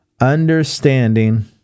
Understanding